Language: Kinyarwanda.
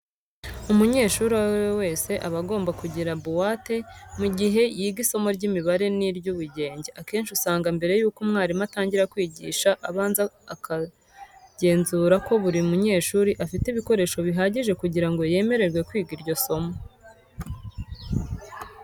Umunyeshuri uwo ari we wese aba agomba kugira buwate mu gihe yiga isomo ry'imibare n'iry'ubugenge. Akenshi usanga mbere yuko umwarimu atangira kwigisha abanza akagenzura ko buri munyeshuri afite ibikoresho bihagije kugira ngo yemererwe kwiga iryo somo.